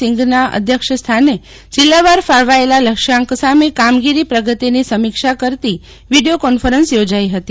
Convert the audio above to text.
સિંઘના અધ્યક્ષ સ્થાને જિલ્લાવાર ફાળવાયેલા લક્ષ્યાંક સામે કામગીરી પ્રગતિની સમીક્ષા કરતી વીડિયો કોન્ફરન્સ યોજાઈ હતી